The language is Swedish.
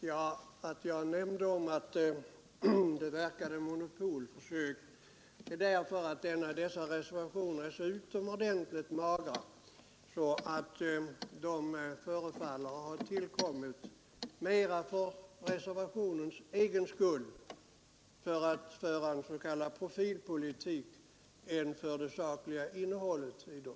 Herr talman! När jag sade att det verkar vara ett monopolförsök berodde det på att dessa reservationer är så utomordentligt magra att de förefaller ha tillkommit mera för att föra en s.k. profilpolitik än för det sakliga innehållets skull.